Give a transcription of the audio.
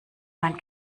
mein